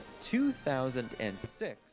2006